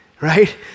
right